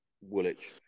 Woolwich